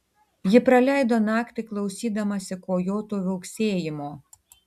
ji praleido naktį klausydamasi kojotų viauksėjimo